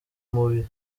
mubiri